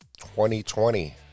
2020